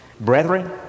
Brethren